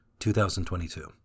2022